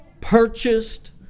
purchased